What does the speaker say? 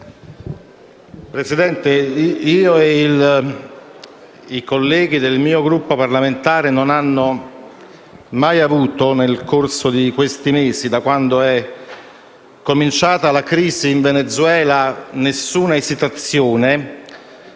Presidente, io e i colleghi del mio Gruppo parlamentare non abbiamo mai avuto, nel corso di questi mesi, da quando è cominciata la crisi in Venezuela, alcuna esitazione